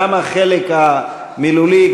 גם החלק המילולי,